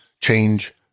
change